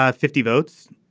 ah fifty votes.